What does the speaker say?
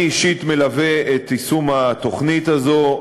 אני אישית מלווה את יישום התוכנית הזאת,